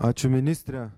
ačiū ministre